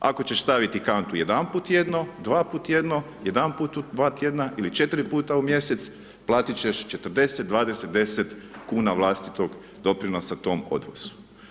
Ako ćeš staviti kantu jedanput tjedno, dvaput tjedno, jedanput u sva tjedna ili 4 puta u mjesec, platit ćeš 40, 20, 10 kuna vlastitog doprinosa tom odvozu.